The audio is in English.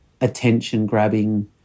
attention-grabbing